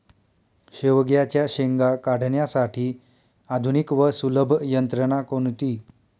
शेवग्याच्या शेंगा काढण्यासाठी आधुनिक व सुलभ यंत्रणा कोणती?